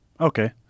Okay